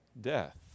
Death